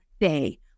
day